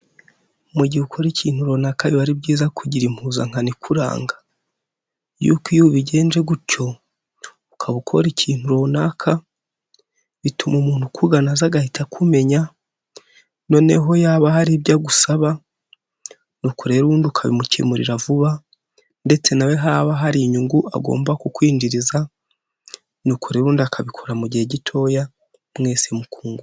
Mu gihe ukora ikintu runaka biba ari byiza kugira impuzankanana ikuranga, y’uko iyo ubigenje gutyo ukaba ukora ikintu runaka bituma umuntu ukugana agahita akumenya, noneho yaba hari ibyo agusaba nuko rero undi ukabimukemurira vuba, ndetse nawe haba hari inyungu agomba kukwinjiriza nuko rero ubundi akabikora mu gihe gitoya mwese mukudwa.